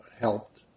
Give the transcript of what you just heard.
helped